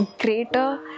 greater